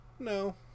No